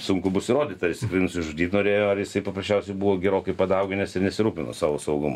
sunku bus įrodyt ar jis tikrai nusižudyt norėjo ar jisai paprasčiausiai buvo gerokai padauginęs ir nesirūpino savo saugumu